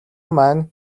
маань